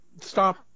stop